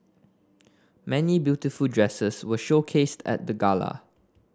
many beautiful dresses were showcased at the gala